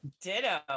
ditto